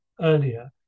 earlier